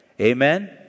Amen